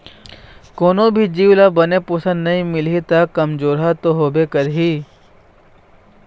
कोनो भी जीव ल बने पोषन नइ मिलही त कमजोरहा तो होबे करही